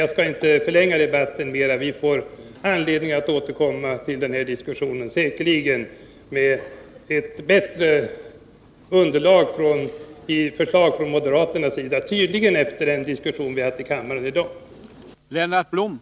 Jag skall inte förlänga debatten ytterligare, men det kommer säkerligen med anledning av den ett förslag från moderaterna. Då får vi också ett bättre underlag för en diskussion, och det ger oss anledning att återkomma.